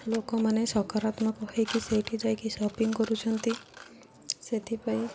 ଲୋକମାନେ ସକାରାତ୍ମକ ହେଇକି ସେଇଠି ଯାଇକି ସପିଂ କରୁଛନ୍ତି ସେଥିପାଇଁ